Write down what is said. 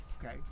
Okay